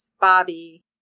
Bobby